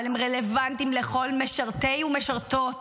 אבל הם רלוונטיים לכל משרתי ומשרתות